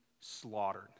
slaughtered